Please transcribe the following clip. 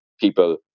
people